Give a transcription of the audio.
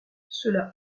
cela